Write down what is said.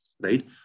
right